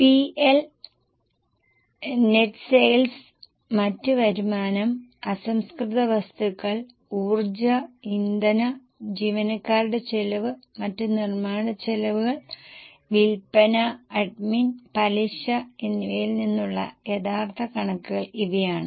P L net sales മറ്റ് വരുമാനം അസംസ്കൃത വസ്തുക്കൾ ഊർജ്ജ ഇന്ധനം ജീവനക്കാരുടെ ചെലവ് മറ്റ് നിർമ്മാണ ചെലവുകൾ വിൽപ്പന അഡ്മിൻ പലിശ എന്നിവയിൽ നിന്നുള്ള യഥാർത്ഥ കണക്കുകൾ ഇവയാണ്